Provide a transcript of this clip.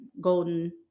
golden